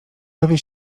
dowie